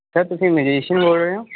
sir ਤੁਸੀਂ ਮਜ਼ੀਸਨ ਬੋਲ ਰਹੇ ਹੋ